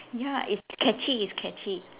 ya it's catchy it's catchy